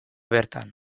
bertan